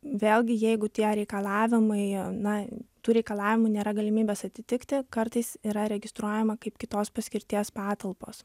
vėlgi jeigu tie reikalavimai na tų reikalavimų nėra galimybės atitikti kartais yra registruojama kaip kitos paskirties patalpos